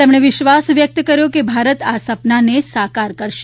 તેમણે વિશ્વાસ વ્યક્ત કર્યો છે કે ભારત આ સપનાને સાકાર કરશે